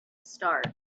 start